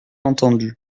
entendu